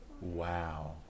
Wow